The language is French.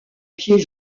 pieds